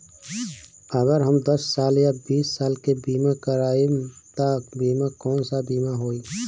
अगर हम दस साल या बिस साल के बिमा करबइम त ऊ बिमा कौन सा बिमा होई?